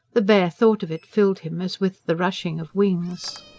the bare thought of it filled him as with the rushing of wings.